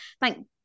Thank